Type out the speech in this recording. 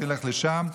תלך לשם,